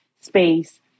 space